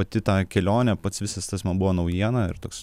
pati ta kelionė pats visas tas man buvo naujiena ir toks